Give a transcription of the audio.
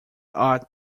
ought